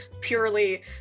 purely